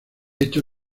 hecho